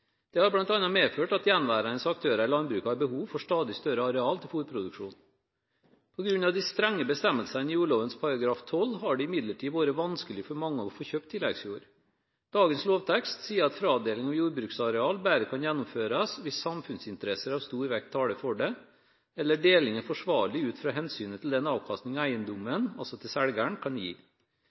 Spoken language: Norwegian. Dette har bl.a. medført at gjenværende aktører i landbruket har behov for stadig større arealer til fôrproduksjon. På grunn av de strenge bestemmelsene i jordloven § 12 har det imidlertid vært vanskelig for mange å få kjøpt tilleggsjord. Dagens lovtekst sier at fradeling av jordbruksareal bare kan gjennomføres hvis «samfunnsinteresser av stor vekt taler for det», eller deling er forsvarlig ut fra «omsynet til den avkasting eigedomen kan gi».